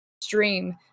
stream